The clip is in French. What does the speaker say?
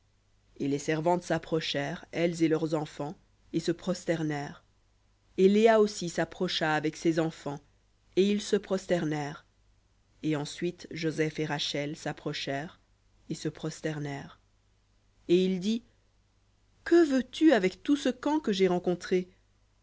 et les servantes s'approchèrent elles et leurs enfants et se prosternèrent et léa aussi s'approcha avec ses enfants et ils se prosternèrent et ensuite joseph et rachel s'approchèrent et se prosternèrent et il dit que veux-tu avec tout ce camp que j'ai rencontré